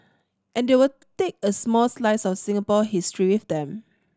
and they will take a small slice of Singapore history with them